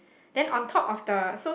then on top of the so